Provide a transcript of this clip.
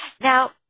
Now